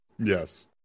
Yes